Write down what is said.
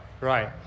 Right